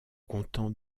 content